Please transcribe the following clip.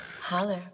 Holler